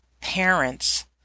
parents